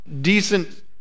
decent